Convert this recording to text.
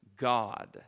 God